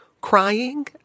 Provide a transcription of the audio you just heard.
crying